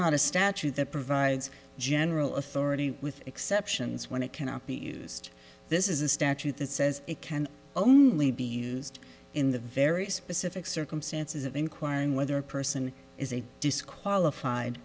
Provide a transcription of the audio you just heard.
not a statute that provides general authority with exceptions when it cannot be used this is a statute that says it can only be used in the very specific circumstances of inquiring whether a person is a disqualified